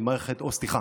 סליחה,